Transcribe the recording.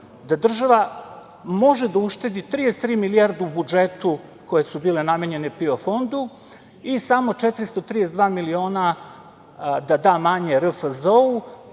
da država može da uštedi 33 milijarde u budžetu koje su bile namenjene PIO fondu i samo 432 miliona da da manje RFZO-u,